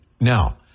Now